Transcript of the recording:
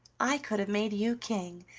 i could have made you king,